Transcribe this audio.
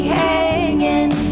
hanging